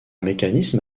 mécanisme